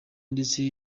ndetse